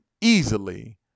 easily